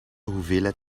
hoeveelheid